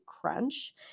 crunch